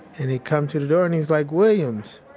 and he comes to the door and he's like williams!